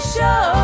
Show